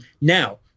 Now